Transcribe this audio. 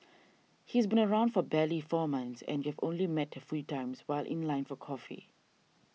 he's been around for barely four months and you've only met a few times while in line for coffee